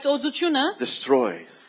destroys